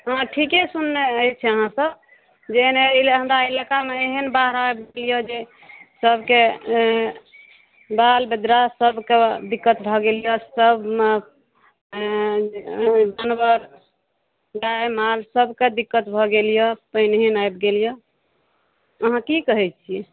हँ ठीके सुनने अछि अहाँ सभ जे एने ई हमरा इलाकामे एहन बाढ़ आबि गेल यऽ जे सभके बाल बदरा सभकऽ दिक्कत भऽ गेल यऽ सभमे जानवर गाय माल सभकऽ दिक्कत भऽ गेल यऽ पानि एहन आबि गेल यऽ अहाँ की कहैत छी